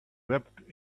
wept